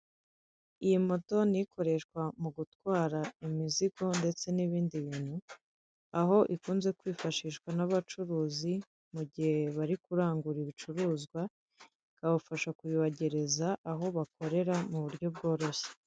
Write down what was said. Iyi moto ni ikoreshwa mu gutwara imizigo ndetse n'ibindi bintu, aho ikunze kwifashishwa n'abacuruzi mu gihe bari kurangura ibicuruzwa, ikabafasha kubibagereza aho bakorera mu buryo bworoshye.